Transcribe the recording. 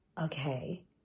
okay